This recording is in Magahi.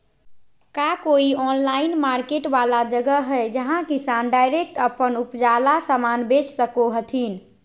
का कोई ऑनलाइन मार्केट वाला जगह हइ जहां किसान डायरेक्ट अप्पन उपजावल समान बेच सको हथीन?